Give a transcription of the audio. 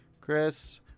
chris